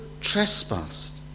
trespassed